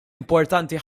importanti